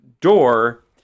door